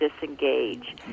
disengage